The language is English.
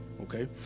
okay